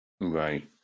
Right